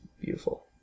beautiful